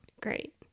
great